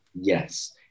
yes